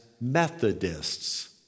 Methodists